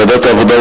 ועדת העבודה,